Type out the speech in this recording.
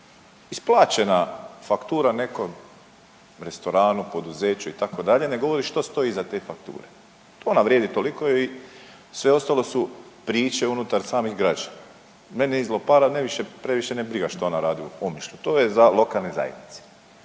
isplaćena faktura nekom restoranu, poduzeću itd. ne govori što stoji iza te fakture. Ona vrijedi toliko i sve ostalo su priče unutar samih građana. Mene iz Lopara previše ne briga što ona radi u Omišlju. To je za lokalne zajednice,